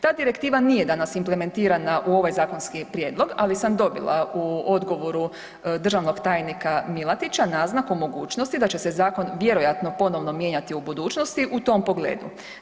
Ta direktiva nije danas implementirana u ovaj zakonski prijedlog, ali sam dobila u odgovoru državnog tajnika Milatića naznaku mogućnosti da će se zakon vjerojatno ponovno mijenjati u budućnosti u tom pogledu.